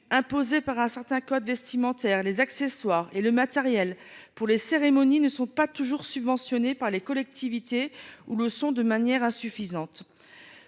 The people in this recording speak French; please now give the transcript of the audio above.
imposée par un certain code vestimentaire, les accessoires et le matériel pour les cérémonies ne sont pas toujours subventionnés par les collectivités, ou le sont de manière insuffisante.